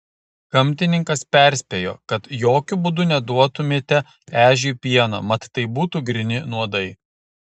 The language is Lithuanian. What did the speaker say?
gamtininkas perspėjo kad jokiu būdu neduotumėte ežiui pieno mat tai būtų gryni nuodai